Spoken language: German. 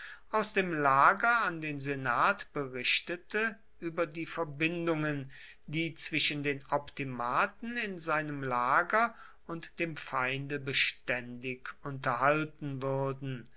aus dem lager an den senat berichtete über die verbindungen die zwischen den optimaten in seinem lager und dem feinde beständig unterhalten würden